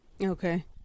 Okay